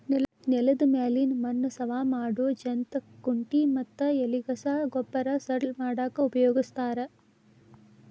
ನೆಲದ ಮ್ಯಾಲಿನ ಮಣ್ಣ ಸವಾ ಮಾಡೋ ಜಂತ್ ಕುಂಟಿ ಮತ್ತ ಎಲಿಗಸಾ ಗೊಬ್ಬರ ಸಡ್ಲ ಮಾಡಾಕ ಉಪಯೋಗಸ್ತಾರ